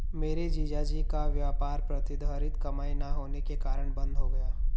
मेरे जीजा जी का व्यापार प्रतिधरित कमाई ना होने के कारण बंद हो गया